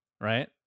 right